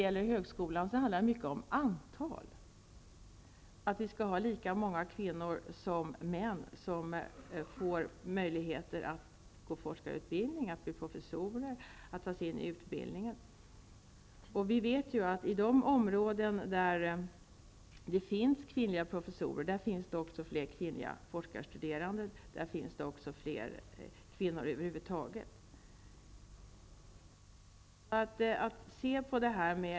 I högskolan handlar det mycket om antal, dvs. lika många kvinnor som män skall få möjlighet att gå forskarutbildningen, bli professorer osv. Vi vet att på de områden där det finns kvinnliga professorer finns det också fler kvinnliga forskarstuderande och fler kvinnor över huvud taget.